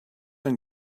and